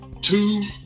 two